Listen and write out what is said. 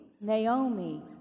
Naomi